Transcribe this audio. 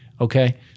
okay